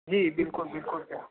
जी बिल्कुल बिल्कुल भैया